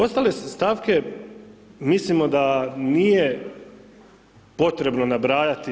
Ostale stavke mislim da nije potrebno nabrajati.